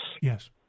Yes